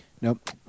Nope